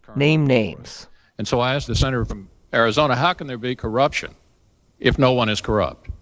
name names and so i ask the senator from arizona, how can there be corruption if no one is corrupt?